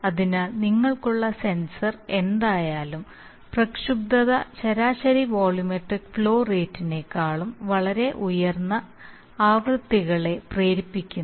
അതിനാൽ നിങ്ങൾക്കുള്ള സെൻസർ എന്തായാലും പ്രക്ഷുബ്ധത ശരാശരി വോള്യൂമെട്രിക് ഫ്ലോ റേറ്റിനേക്കാൾ വളരെ ഉയർന്ന ആവൃത്തികളെ പ്രേരിപ്പിക്കുന്നു